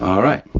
all right,